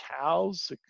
cows